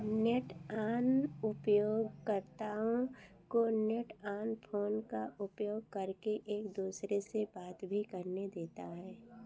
Neton उपयोगकर्ताओं को NetOn phone का उपयोग करके एक दूसरे से बात भी करने देता है